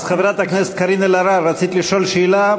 אז חברת הכנסת קארין אלהרר, רצית לשאול שאלה?